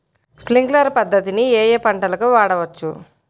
Sprinkler పద్ధతిని ఏ ఏ పంటలకు వాడవచ్చు?